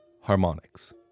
Harmonics